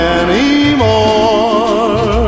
anymore